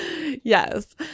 Yes